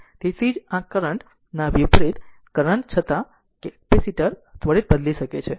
તેથી તેથી જ કરંટ ના વિપરીત કરંટ છતાં કેપેસિટર ત્વરિત બદલી શકે છે